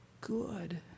good